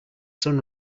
sun